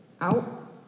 out